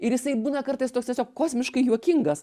ir jisai būna kartais toks tiesiog kosmiškai juokingas